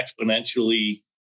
exponentially